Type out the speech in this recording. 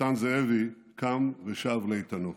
נתן זאבי קם ושב לאיתנו.